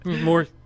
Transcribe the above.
more